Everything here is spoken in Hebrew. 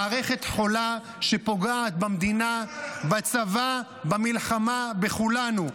מערכת חולה שפוגעת במדינה, בצבא, במלחמה, בכולנו.